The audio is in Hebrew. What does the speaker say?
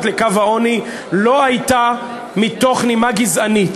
לקו העוני לא הייתה מתוך נימה גזענית.